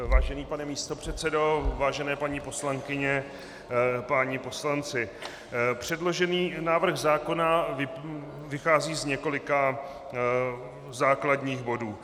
Vážený pane místopředsedo, vážené paní poslankyně, páni poslanci, předložený návrh zákona vychází z několika základních bodů.